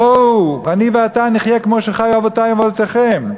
בואו, אני ואתה נחיה כמו שחיו אבותי ואבותיכם.